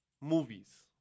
movies